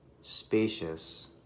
spacious